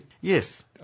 Yes